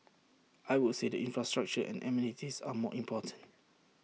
I would say the infrastructure and amenities are more important